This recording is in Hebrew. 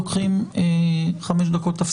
מכובדיי, בשעה 11:30 נתחיל את הדיון בתקנות הגבלת